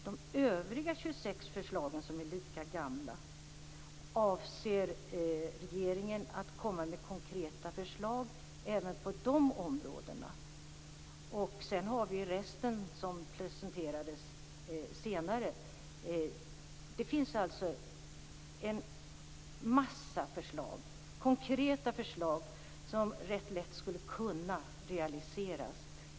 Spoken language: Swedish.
De övriga 26 förslagen som är lika gamla, avser regeringen att komma med konkreta förslag även på de områdena? Och så har vi resten, som presenterades senare. Det finns alltså en massa förslag, konkreta förslag, som rätt lätt skulle kunna realiseras.